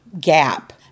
gap